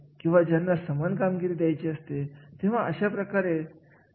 जिथे जबाबदाऱ्या कमी असतात तिची मालकी हक्काची जाणीव सुद्धा कमी असते